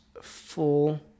full